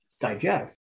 digest